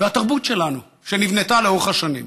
והתרבות שלנו שנבנתה לאורך השנים.